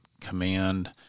command